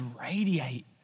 radiate